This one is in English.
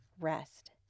rest